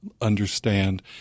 understand